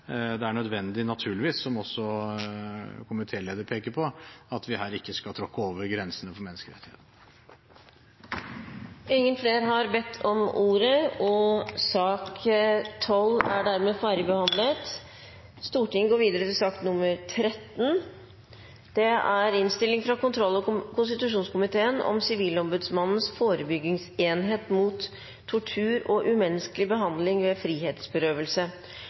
er naturligvis nødvendig, som også komitélederen pekte på, at vi her ikke skal tråkke over grensene for menneskerettighetene. Flere har ikke bedt om ordet til sak nr. 12. Sivilombodsmannens førebyggingseining mot tortur og umenneskeleg behandling ved